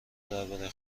درباره